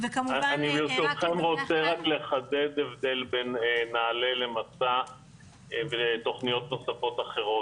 ברשותכם אני מבקש לחדד הבדל בין נעל"ה למסע ותוכניות אחרות.